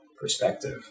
Perspective